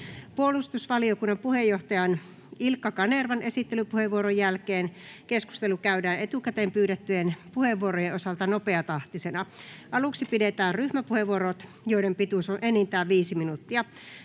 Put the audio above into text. Puolustusvaliokunnan puheenjohtajan Ilkka Kanervan esittelypuheenvuoron jälkeen keskustelu käydään etukäteen pyydettyjen puheenvuorojen osalta nopeatahtisena. Aluksi pidetään ryhmäpuheenvuorot, joiden pituus on enintään 5 minuuttia.